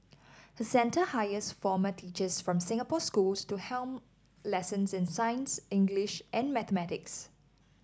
her centre hires former teachers from Singapore schools to helm lessons in science English and mathematics